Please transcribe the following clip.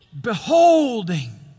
beholding